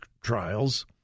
trials